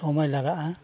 ᱥᱚᱢᱚᱭ ᱞᱟᱜᱟᱜᱼᱟ